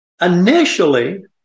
initially